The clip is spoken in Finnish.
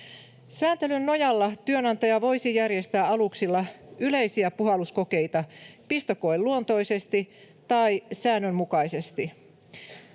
Sääntelyn nojalla työnantaja voisi järjestää aluksilla yleisiä puhalluskokeita pistokoeluontoisesti tai säännönmukaisesti.